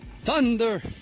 Thunder